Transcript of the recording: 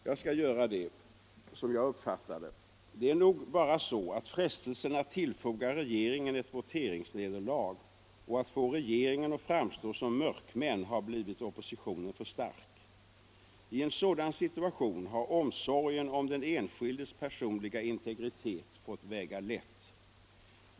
Jag skall göra det, som jag uppfattar det. Det är nog bara så att frestelsen att tillfoga regeringen ett voteringsnederlag och att få regeringen att framstå som ”mörkmän” har blivit oppositionen för stark. I en sådan situation har omsorgen om den enskildes personliga integritet fått väga lätt.